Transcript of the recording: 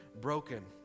broken